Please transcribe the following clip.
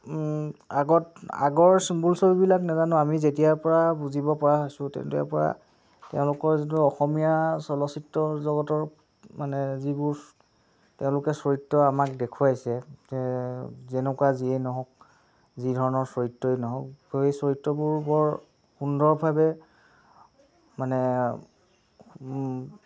আগত আগৰ ছবি বোলছবিবিলাক নেজানো আমি যেতিয়াৰপৰা বুজিবপৰা হৈছোঁ তেতিয়াৰপৰা তেওঁলোকৰ যিটো অসমীয়া চলচিত্ৰ জগতৰ মানে যিবোৰ তেওঁলোকে চৰিত্ৰ আমাক দেখুৱাইছে যে যেনেকুৱা যিয়েই নহওক যিধৰণৰ চৰিত্ৰই নহওক সেই চৰিত্ৰবোৰ বৰ সুন্দৰভাৱে মানে